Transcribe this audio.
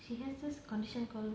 she has this condition called